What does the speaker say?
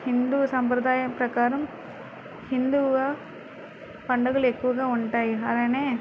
హిందూ సాంప్రదాయం ప్రకారం హిందువ పండగలు ఎక్కువగా ఉంటాయి అలానే